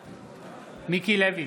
בעד מיקי לוי,